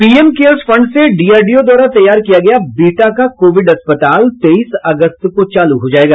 PM cares fund से DRDO द्वारा तैयार किया गया बिहटा का कोविड अस्पताल तेईस अगस्त को चालू हो जायेगा